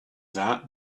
that